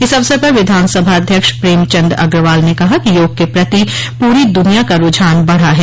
इस अवसर पर विधानसभा अध्यक्ष प्रेमचंद अग्रवाल ने कहा कि योग के प्रति पूरी दुनिया का रुझान बड़ा है